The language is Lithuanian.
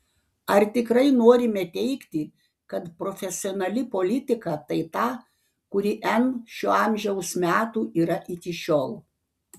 ar tikrai norime teigti kad profesionali politika tai ta kuri n šio amžiaus metų yra iki šiol